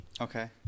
Okay